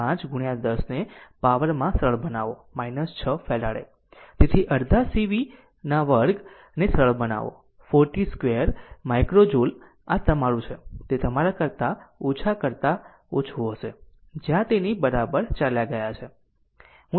5 10 ને પાવરમાં સરળ બનાવો 6 ફેરાડ તેથી અડધા C v 2 ને સરળ બનાવો 4 t 2 માઇક્રો જુલ આ તમારું છે તે તમારા કરતા ઓછા કરતા ઓછું હશે જ્યાં તેની બરાબર ચાલ્યા ગયા છે